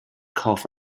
cough